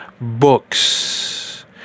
books